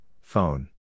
phone